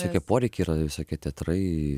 visokie poreikiai yra visokie teatrai